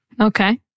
okay